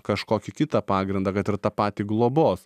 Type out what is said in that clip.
kažkokį kitą pagrindą kad ir tą patį globos